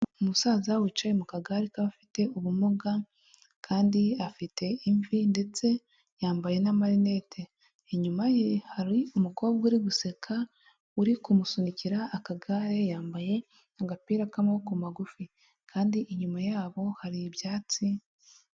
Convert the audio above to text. Umusaza wicaye mu kagare k'abafite ubumuga kandi afite imvi ndetse yambaye n'amarinete, inyuma ye hari umukobwa uri guseka uri kumusunikira akagare yambaye agapira k'amaboko magufi, kandi inyuma yabo hari ibyatsi.